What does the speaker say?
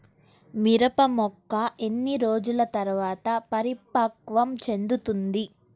మిరప మొక్క ఎన్ని రోజుల తర్వాత పరిపక్వం చెందుతుంది?